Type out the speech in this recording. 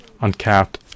uncapped